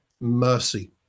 mercy